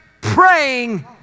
praying